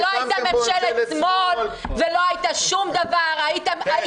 לא הייתה ממשלת שמאל ולא שום דבר -- הקמתם פה ממשלת שמאל על מלא.